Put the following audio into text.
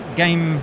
game